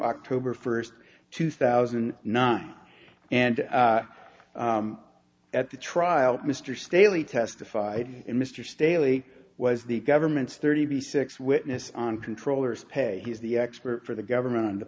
october first two thousand and nine and at the trial mr staley testified in mr staley was the government's thirty six witness on controllers pay he is the expert for the government on the